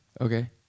Okay